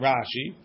Rashi